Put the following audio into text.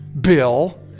Bill